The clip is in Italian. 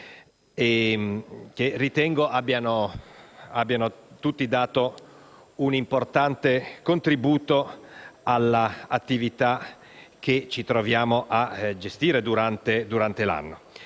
che tutti abbiano fornito un importante contributo all'attività che ci troviamo a gestire durante l'anno.